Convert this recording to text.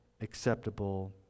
acceptable